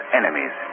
enemies